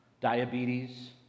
diabetes